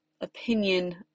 opinion